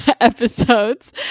episodes